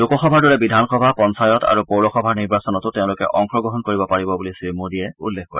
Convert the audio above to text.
লোকসভাৰ দৰে বিধানসভা পঞ্চায়ত আৰু পৌৰসভাৰ নিৰ্বাচনতো তেওঁলোকে অংশগ্ৰহণ কৰিব পাৰিব বুলি শ্ৰীমোদীয়ে উল্লেখ কৰে